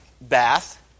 bath